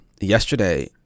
Yesterday